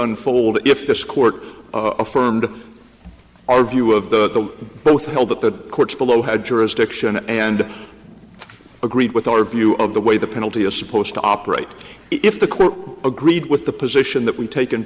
unfold if this court of firmed our view of the both held that the courts below had jurisdiction and agreed with our view of the way the penalty is supposed to operate if the court agreed with the position that we take